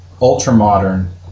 ultra-modern